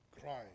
crying